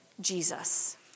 Jesus